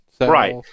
Right